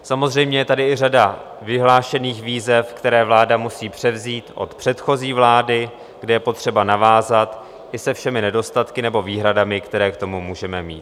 Samozřejmě, je tady i řada vyhlášených výzev, které vláda musí převzít od předchozí vlády, kde je potřeba navázat i se všemi nedostatky nebo výhradami, které k tomu můžeme mít.